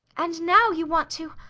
and now you want to!